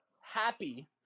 happy